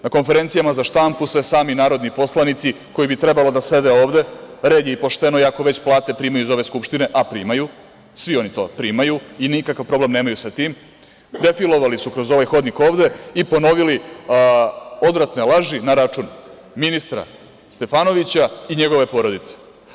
Na konferencijama za štampu se sami narodni poslanici koji bi trebalo da sede ovde, red je i pošteno, i ako već plate primaju iz ove Skupštine, a primaju, svi oni primaju i nikakav problem nemaju sa tim, defilovali su kroz ovaj hodnik ovde i ponovili odvratne laži na račun ministra Stefanovića i njegove porodice.